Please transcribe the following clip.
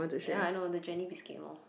ya I know the Jenny biscuit lorh